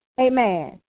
Amen